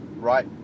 Right